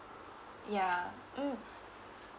ya mm